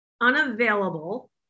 unavailable